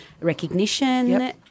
recognition